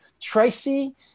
Tracy